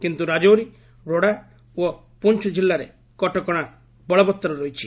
କିନ୍ତୁ ରାଜୌରୀ ଡୋଡା ଓ ପୁଞ୍ଚ କିଲ୍ଲାରେ କଟକଣା ବଳବତ୍ତର ରହିଛି